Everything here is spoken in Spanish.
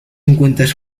encuentras